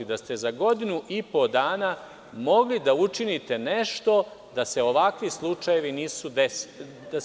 Da ste za godinu i po dana mogli da učinite nešto da se ovakvi slučajevi ne dese.